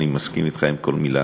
אני מסכים אתך בכל מילה.